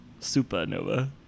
Supernova